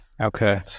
Okay